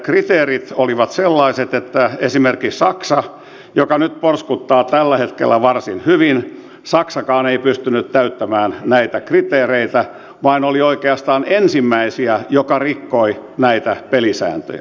kriteerit olivat sellaiset että esimerkiksi saksakaan joka porskuttaa tällä hetkellä varsin hyvin ei pystynyt täyttämään näitä kriteereitä vaan oli oikeastaan ensimmäisiä joka rikkoi näitä pelisääntöjä